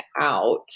out